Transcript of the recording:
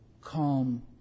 calm